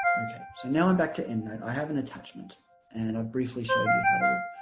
okay so now i'm back to endnote i have an attachment and i've briefly showed you how to